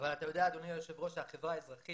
אתה יודע אדוני היושב ראש שהחברה האזרחית,